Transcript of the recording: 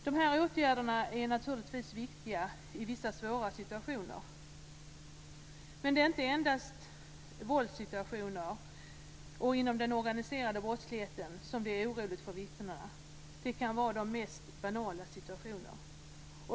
De åtgärderna är naturligtvis viktiga i vissa svåra situationer, men det är inte endast våldssituationer och inom den organiserade brottsligheten som det är oroligt för vittnena. Det kan gälla de mest banala situationer.